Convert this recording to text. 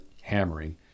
hammering